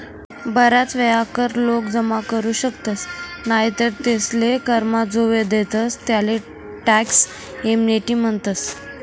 बराच वेळा कर लोक जमा करू शकतस नाही तर तेसले करमा जो वेळ देतस तेले टॅक्स एमनेस्टी म्हणतस